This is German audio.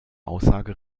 aussage